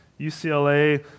UCLA